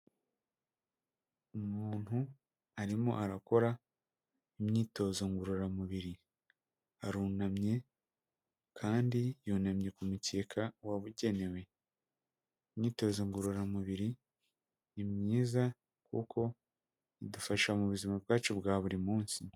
Umuntu arimo arakora imyitozo ngororamubiri, arunamye kandi yunamye ku kumukeka wabugenewe. Imyitozo ngororamubiri ni myiza kuko idufasha mu buzima bwacu bwa buri munsi.